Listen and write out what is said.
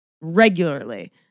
regularly